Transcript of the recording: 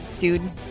dude